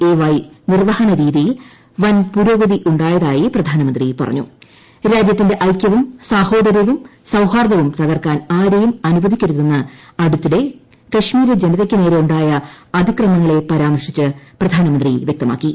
എവൈ നിർവ്വഹണ രീതിയിൽ വൻപുരോഗതിയു ായതായി പ്രധാനമന്ത്രി പറഞ്ഞും രാജ്യത്തിന്റെ ഐക്യവും സാഹോദര്യവും സൌഹാർദ്ദവും തകർക്കാൻ ആർെയും അനുവദിക്കരുതെന്ന് അടുത്തിടെ കാശ്മീരി ജനതയ്ക്ക് നേരെ ഉപായി അതിക്രമങ്ങളെ പരാമർശിച്ച് പ്രധാനമന്ത്രി വ്യക്തമാക്കി